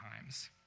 times